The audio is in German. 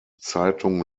zeitung